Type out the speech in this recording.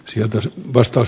sieltä se vastaus